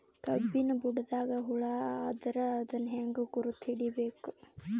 ಕಬ್ಬಿನ್ ಬುಡದಾಗ ಹುಳ ಆದರ ಅದನ್ ಹೆಂಗ್ ಗುರುತ ಹಿಡಿಬೇಕ?